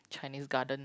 Chinese Garden